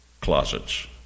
closets